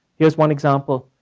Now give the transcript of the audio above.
here's one example,